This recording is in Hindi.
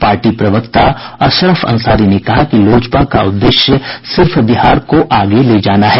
पार्टी प्रवक्ता अशरफ अंसारी ने कहा कि लोजपा का उद्देश्य सिर्फ बिहार को आगे ले जाना है